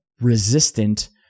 resistant